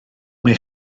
mae